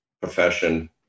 profession